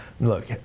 Look